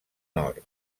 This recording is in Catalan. nord